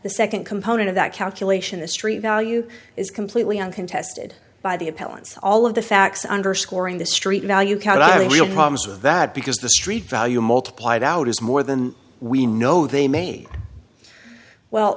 the second component of that calculation the street value is completely uncontested by the appellants all of the facts underscoring the street value kalari real problems with that because the street value multiplied out is more than we know they made well